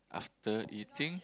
after eating